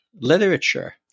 literature